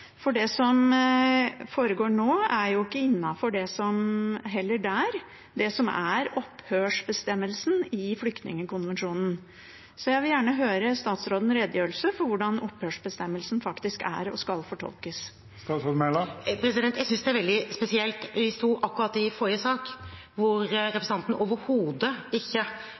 For det som foregår nå, er jo heller ikke der innenfor det som er opphørsbestemmelsen i flyktningkonvensjonen. Så jeg vil gjerne høre statsråden redegjøre for hvordan opphørsbestemmelsen er og skal fortolkes. Jeg synes det er veldig spesielt. Vi behandlet akkurat forrige sak, der representanten overhodet ikke